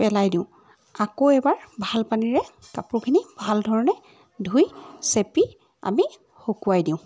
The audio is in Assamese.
পেলাই দিওঁ আকৌ এবাৰ ভাল পানীৰে কাপোৰখিনি ভালধৰণে ধুই চেপি আমি শুকুৱাই দিওঁ